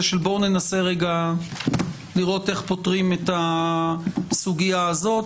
שננסה רגע לראות איך פותרים את הסוגיה הזאת.